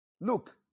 Look